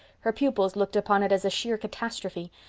her pupils looked upon it as a sheer catastrophe.